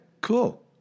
cool